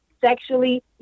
sexually